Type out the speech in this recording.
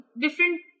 different